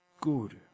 good